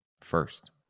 first